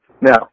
Now